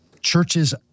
churches